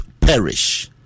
perish